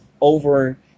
over